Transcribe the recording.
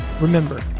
Remember